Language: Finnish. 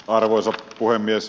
arvoisa puhemies